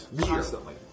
Constantly